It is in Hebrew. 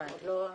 הבנתי.